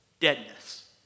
deadness